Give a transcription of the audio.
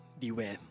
beware